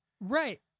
Right